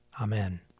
Amen